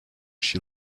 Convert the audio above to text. she